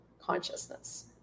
consciousness